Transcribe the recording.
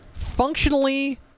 Functionally